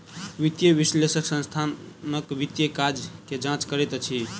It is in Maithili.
वित्तीय विश्लेषक संस्थानक वित्तीय काज के जांच करैत अछि